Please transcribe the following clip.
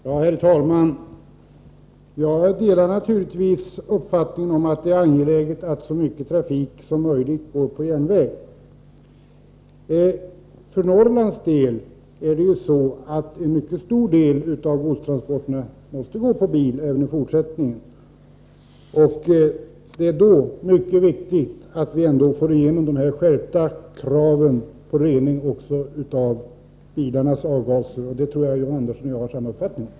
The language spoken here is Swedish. Herr talman! Jag delar naturligtvis uppfattningen att det är angeläget att så mycket transporter som möjligt går på järnväg. I Norrland måste dock en mycket stor del av godstransporterna gå med bil även i fortsättningen. Det är därför mycket viktigt att vi får igenom de skärpta kraven på rening av bilarnas avgaser. Jag tror att John Andersson och jag har samma uppfattning i det fallet.